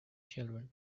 children